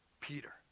Peter